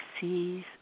sees